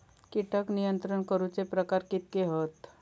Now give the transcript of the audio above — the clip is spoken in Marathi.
कीटक नियंत्रण करूचे प्रकार कितके हत?